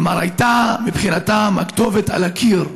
כלומר הייתה מבחינתן הכתובת על הקיר.